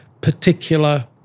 particular